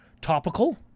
topical